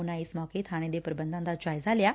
ਉਨਾਂ ਇਸ ਮੌਕੇ ਥਾਣੇ ਦਾ ਪ੍ਰੰਬਧਾਂ ਦਾ ਜਾਇਜ਼ਾ ਲਿਆ